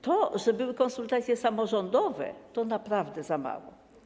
To, że były konsultacje samorządowe, to naprawdę za mało.